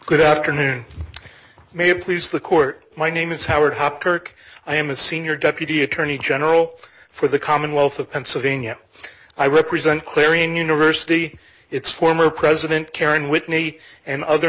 good afternoon may please the court my name is howard hopkirk i am a senior deputy attorney general for the commonwealth of pennsylvania i represent clarion university its former president karen whitney and other